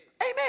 Amen